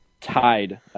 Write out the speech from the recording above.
tied